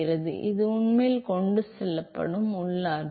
எனவே அது உண்மையில் கொண்டு செல்லப்படும் உள் ஆற்றல்